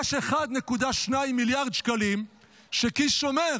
יש 1.2 מיליארד שקלים שקיש שומר.